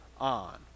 on